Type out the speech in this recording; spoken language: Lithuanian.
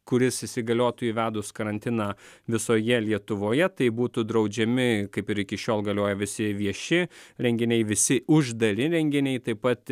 kuris įsigaliotų įvedus karantiną visoje lietuvoje tai būtų draudžiami kaip ir iki šiol galioja visi vieši renginiai visi uždari renginiai taip pat